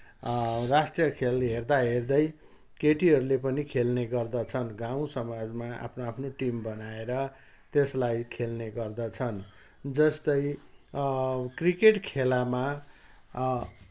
राष्ट्रिय खेल हेर्दाहेर्दै केटीहरूले पनि खेल्ने गर्दछन् गाउँ समाजमा आफ्नो आफ्नो टिम बनाएर त्यसलाई खेल्ने गर्दछन् जस्तै क्रिकेट खेलामा